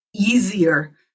easier